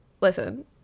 listen